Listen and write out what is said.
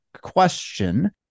question